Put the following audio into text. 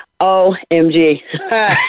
OMG